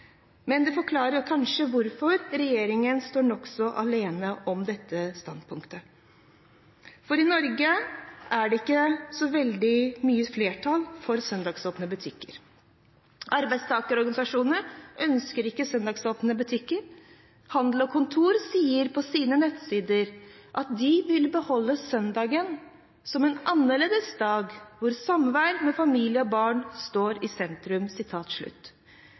Men det forklarer kanskje hvorfor regjeringen står nokså alene om dette standpunktet. For i Norge er det ikke noe stort flertall for søndagsåpne butikker. Arbeidstakerorganisasjonene ønsker ikke søndagsåpne butikker. Handel og Kontor sier på sine nettsider at de vil «beholde søndagen som en annerledes dag hvor samvær med familie og barn står i sentrum».